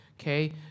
okay